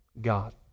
God